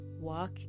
Walk